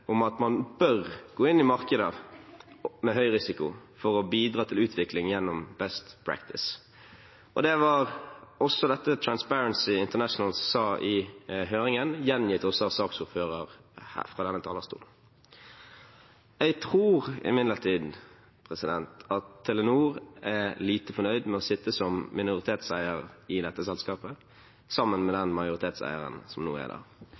om at man bør gå inn i markeder med høy risiko for å bidra til utvikling gjennom «best practice». Det var også dette Transparency International sa i høringen, gjengitt også av saksordføreren fra denne talerstolen. Jeg tror imidlertid at Telenor er lite fornøyd med å sitte som minoritetseier i dette selskapet sammen med den majoritetseieren som nå er